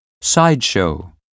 sideshow